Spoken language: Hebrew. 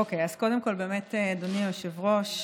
אדוני היושב-ראש,